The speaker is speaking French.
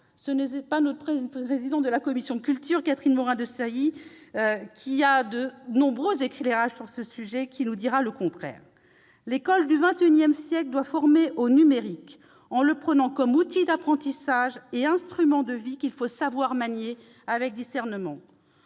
Ce n'est pas notre présidente de la commission de la culture, Mme Catherine Morin-Desailly, qui a de nombreux éclairages à nous fournir sur le sujet, qui dira le contraire ! L'école du XXI siècle doit former au numérique, en le prenant comme outil d'apprentissage et instrument de vie, qu'il faut savoir manier avec discernement.